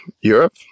Europe